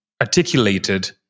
articulated